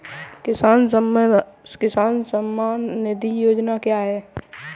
किसान सम्मान निधि योजना क्या है?